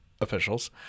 Officials